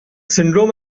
syndrome